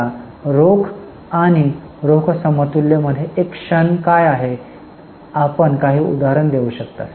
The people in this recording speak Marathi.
आता रोख आणि रोख समतुल्य मध्ये एक क्षण काय आहे आपण काही उदाहरण देऊ शकता